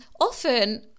often